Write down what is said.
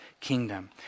kingdom